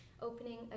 opening